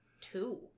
two